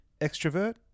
extrovert